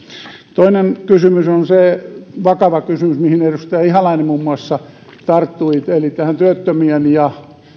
toinen kysymys on se vakava kysymys mihin muun muassa edustaja ihalainen tarttui eli työttömien ja